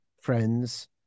friends